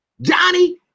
Johnny